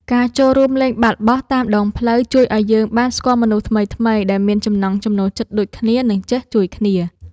ការចូលរួមលេងបាល់បោះតាមដងផ្លូវជួយឱ្យយើងបានស្គាល់មនុស្សថ្មីៗដែលមានចំណង់ចំណូលចិត្តដូចគ្នា និងចេះជួយគ្នា។